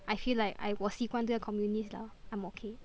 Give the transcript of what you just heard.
I feel like I 我习惯这个 communist liao I'm okay